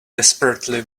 desperately